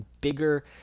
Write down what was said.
bigger